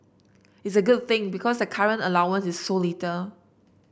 it's a good thing because the current allowance is so little